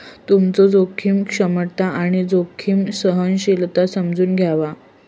तुमचो जोखीम क्षमता आणि जोखीम सहनशीलता समजून घ्यावा